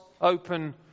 open